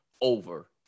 over